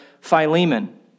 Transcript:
Philemon